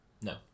No